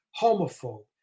homophobe